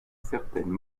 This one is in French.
certaines